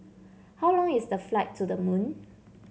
how long is the flight to the Moon